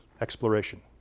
exploration